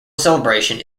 celebration